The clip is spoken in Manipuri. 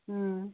ꯎꯝ